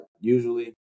Usually